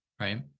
right